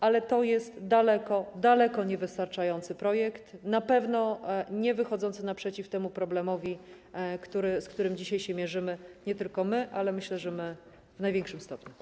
Ale to jest daleko niewystarczający projekt, na pewno niewychodzący naprzeciw temu problemowi, z którym dzisiaj się mierzymy - nie tylko my, ale myślę, że my w największym stopniu.